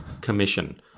commission